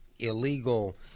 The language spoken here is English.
illegal